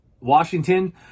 Washington